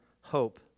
hope